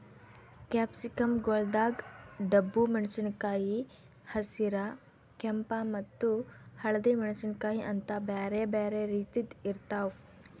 capsicum ಗೊಳ್ದಾಗ್ ಡಬ್ಬು ಮೆಣಸಿನಕಾಯಿ, ಹಸಿರ, ಕೆಂಪ ಮತ್ತ ಹಳದಿ ಮೆಣಸಿನಕಾಯಿ ಅಂತ್ ಬ್ಯಾರೆ ಬ್ಯಾರೆ ರೀತಿದ್ ಇರ್ತಾವ್